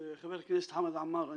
חבר הכנסת חמד עמאר,